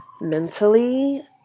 mentally